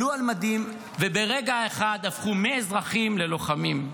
עלו על מדים, וברגע אחד הפכו מאזרחים ללוחמים,